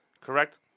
Correct